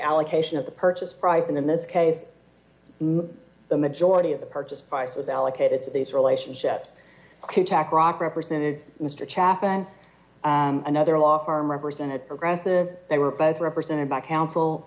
allocation of the purchase price and in this case the majority of the purchase price was allocated to these relationships contract rock represented mr chaffin and another law firm represented progressive they were both represented by counsel